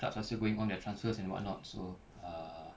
clubs are still going on there are transfers and whatnots so err